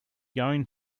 going